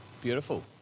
Beautiful